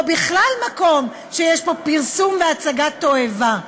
או בכלל מקום שיש בו פרסום והצגת תועבה.